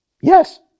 Yes